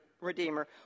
Redeemer